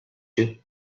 you